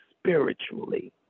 spiritually